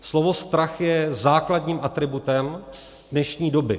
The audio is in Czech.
Slovo strach je základním atributem dnešní doby.